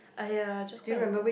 !aiya! just go and watch